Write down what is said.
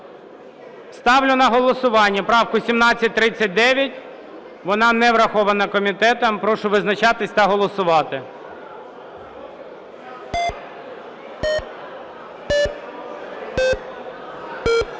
Ставлю на голосування правку 1739, вона не врахована комітетом. Прошу визначатися та голосувати.